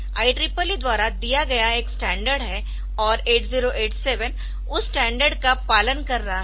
IEEE द्वारा दिया गया एक स्टैंडर्ड है और 8087 उस स्टैंडर्ड का पालन कर रहा है